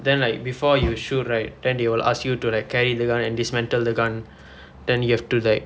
then like before you shoot right then they will ask you to like carry the gun and dismantle the gun then you have to like